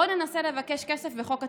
בואי ננסה לבקש כסף בחוק התקציב.